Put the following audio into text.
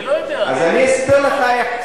אני לא יודע, אז אני אסביר לך איך.